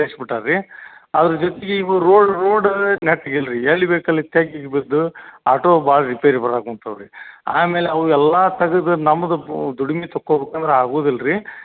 ಏರ್ಸಿ ಬಿಟ್ಟಾರ ರೀ ಅದ್ರ ಜೋತಿಗೆ ಇವ ರೋಡ್ ನೆಟ್ಟಗಿಲ್ರಿ ಎಲ್ಲಿ ಬೇಕಲ್ಲಿ ಆಟೋ ಭಾಳ ರಿಪೇರಿಗೆ ಬರಕಂತವ್ರಿ ಆಮೇಲೆ ಅವ ಎಲ್ಲಾ ತೆಗೆದು ನಮ್ದು ದುಡುಮಿ ತಕ್ಕೊಬೇಕಂದ್ರ ಅಗುದಿಲ್ರಿ